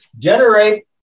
Generate